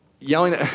Yelling